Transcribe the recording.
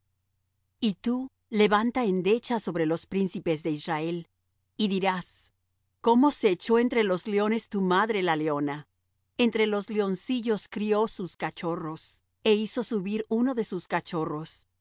y tu levanta endecha sobre los príncipes de israel y dirás cómo se echó entre los leones tu madre la leona entre los leoncillos crió sus cachorros e hizo subir uno de sus cachorros